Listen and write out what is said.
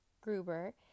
Gruber